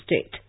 state